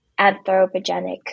anthropogenic